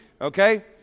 okay